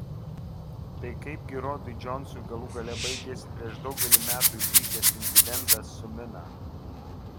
tai kaipgi rodui džonsui galų gale baigėsi prieš daugelį metų įvykęs incidentas su mina